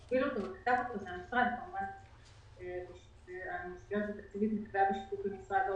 --- וכמובן שהנושא התקציבי נקבע בשיתוף עם משרד האוצר.